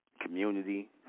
Community